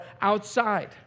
outside